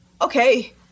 okay